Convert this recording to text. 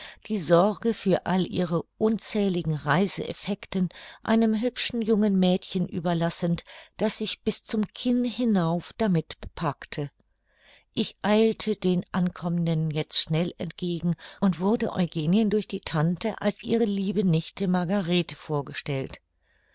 die sorge für all ihre unzähligen reiseeffecten einem hübschen jungen mädchen überlassend das sich bis zum kinn hinauf damit bepackte ich eilte den ankommenden jetzt schnell entgegen und wurde eugenien durch die tante als ihre liebe nichte margarethe vorgestellt